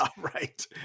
Right